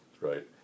right